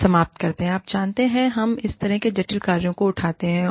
हम समाप्त करते हैं आप जानते हैं हम इस तरह के जटिल कार्यों को उठाते हैं